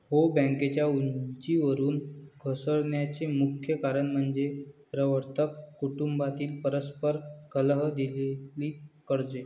हो, बँकेच्या उंचीवरून घसरण्याचे मुख्य कारण म्हणजे प्रवर्तक कुटुंबातील परस्पर कलह, दिलेली कर्जे